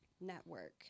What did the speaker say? Network